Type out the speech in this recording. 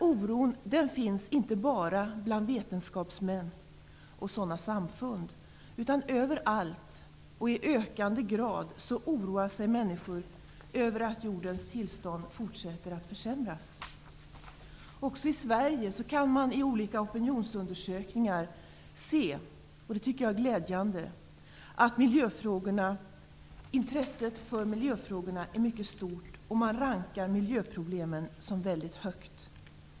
Oron finns inte bara bland vetenskapsmän och lärda samfund. Överallt och i ökande grad oroar sig människor över att jordens tillstånd blir allt sämre. Också i Sverige kan man i olika opinionsundersökningar se -- och det tycker jag är glädjande -- att intresset för miljöfrågorna är mycket stort och att man rankar miljöproblemen väldigt högt.